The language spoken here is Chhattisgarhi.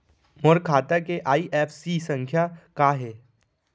मोर खाता के आई.एफ.एस.सी संख्या का हे?